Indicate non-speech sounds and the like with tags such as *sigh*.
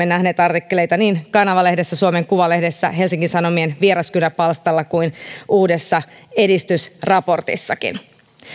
*unintelligible* nähneet artikkeleita niin kanava lehdessä suomen kuvalehdessä helsingin sanomien vieraskynä palstalla kuin uudessa edistysraportissakin